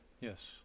Yes